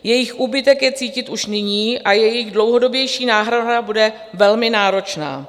Jejich úbytek je cítit již nyní a jejich dlouhodobější náhrada bude velmi náročná.